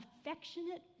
affectionate